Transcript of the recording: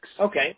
Okay